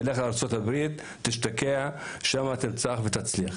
תלך לארצות הברית, תשתקע ושם תצליח.